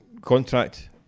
contract